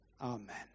Amen